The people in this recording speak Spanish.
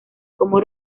como